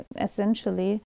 essentially